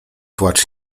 płacz